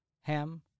Ham